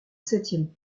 septième